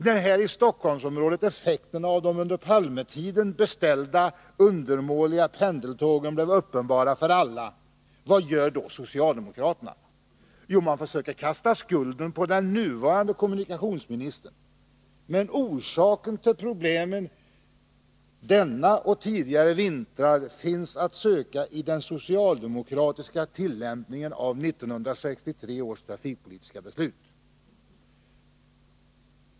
När här i Stockholmsområdet effekterna av de under Palmetiden beställda, undermåliga pendeltågen blev uppenbara för alla — vad gör då socialdemokraterna? Jo, man försöker kasta skulden på den nuvarande kommunikationsministern. Men orsakerna till problemen under denna och tidigare vintrar finns att söka i den socialdemokratiska tillämpningen av 1963 års trafikpolitiska beslut.